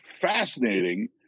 fascinating